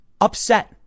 upset